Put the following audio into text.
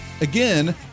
again